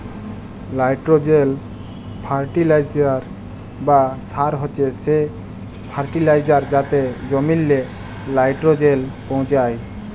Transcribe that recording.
nitrogen fertiliser বা সার হছে সে ফার্টিলাইজার যাতে জমিল্লে লাইট্রোজেল পৌঁছায়